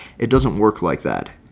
it doesn't work like that.